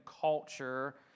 culture